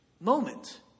moment